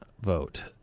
vote